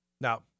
Now